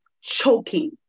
choking